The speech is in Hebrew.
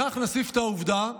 לכך נוסיף את העובדה,